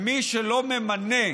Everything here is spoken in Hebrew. מי שלא ממנה